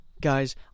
Guys